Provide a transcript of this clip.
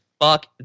fuck